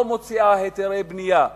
לא מוציאה היתרי בנייה,